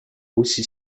aussi